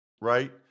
right